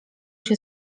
się